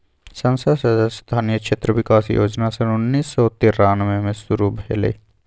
संसद सदस्य स्थानीय क्षेत्र विकास जोजना सन उन्नीस सौ तिरानमें में शुरु भेलई